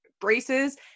braces